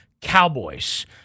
Cowboys